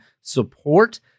support